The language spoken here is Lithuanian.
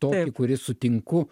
tokį kuris sutinku